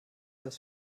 das